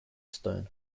stone